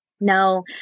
no